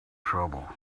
trouble